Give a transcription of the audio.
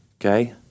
okay